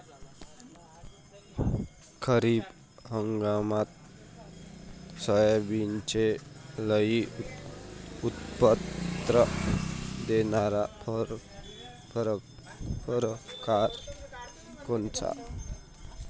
खरीप हंगामात सोयाबीनचे लई उत्पन्न देणारा परकार कोनचा?